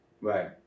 Right